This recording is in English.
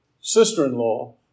sister-in-law